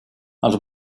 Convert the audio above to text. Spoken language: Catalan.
els